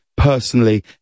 Personally